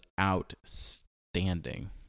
outstanding